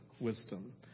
wisdom